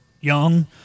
young